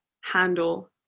handle